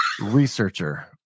researcher